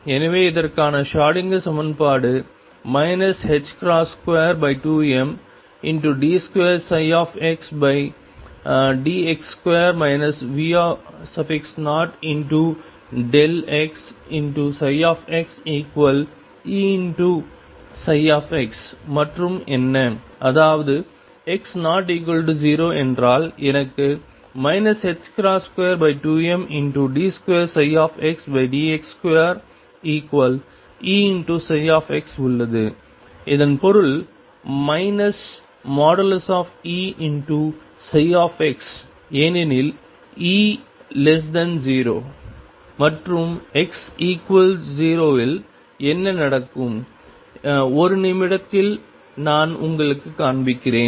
எனவே இதற்கான ஷ்ரோடிங்கர் சமன்பாடு 22md2xdx2 V0xxEψ மற்றும் என்ன அதாவது x≠0 என்றால் எனக்கு 22md2xdx2Eψ உள்ளது இதன் பொருள் Eψ ஏனெனில் E 0 மற்றும் x0 இல் என்ன நடக்கும் ஒரு நிமிடத்தில் நான் உங்களுக்குக் காண்பிக்கிறேன்